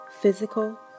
physical